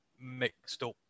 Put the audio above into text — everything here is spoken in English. mixed-up